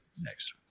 next